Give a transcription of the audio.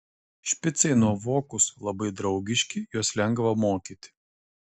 špicai nuovokūs labai draugiški juos lengva mokyti